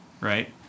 right